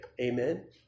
Amen